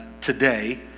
today